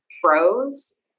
froze